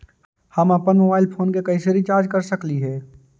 हम अप्पन mobile phone के कैसे रिचार्ज कर सकली हे?